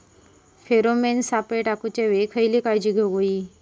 Pheromone सापळे टाकूच्या वेळी खयली काळजी घेवूक व्हयी?